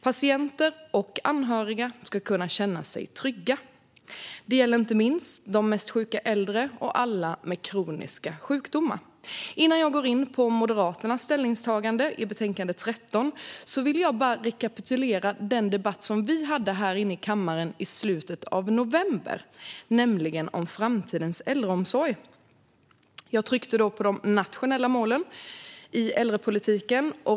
Patienter och anhöriga ska kunna känna sig trygga. Det gäller inte minst de mest sjuka äldre och alla med kroniska sjukdomar. Innan jag går in på Moderaternas ställningstaganden i betänkande 13 vill jag bara rekapitulera en debatt vi hade här i kammaren i slutet av november, nämligen den om framtidens äldreomsorg. Jag tryckte då på de nationella målen för äldrepolitiken.